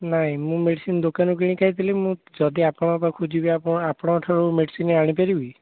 ନାଇଁ ମୁଁ ମେଡ଼ିସିନ୍ ଦୋକାନରୁ କିଣି ଖାଇଥିଲି ମୁଁ ଯଦି ଆପଣଙ୍କ ପାଖକୁ ଯିବି ଆପଣ ଆପଣଙ୍କଠାରୁ ମେଡ଼ିସିନ୍ ଆଣିପାରିବି